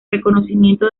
reconocimiento